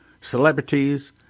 celebrities